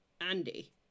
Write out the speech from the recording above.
Andy